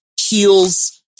heels